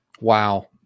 wow